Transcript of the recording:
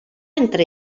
entre